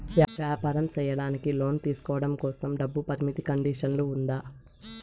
వ్యాపారం సేయడానికి లోను తీసుకోవడం కోసం, డబ్బు పరిమితి కండిషన్లు ఉందా?